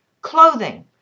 Clothing